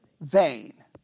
vain